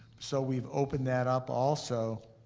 so we've opened that up also,